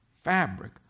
fabric